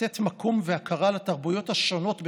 לתת מקום והכרה לתרבויות השונות בתוכה,